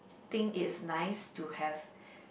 think it's nice to have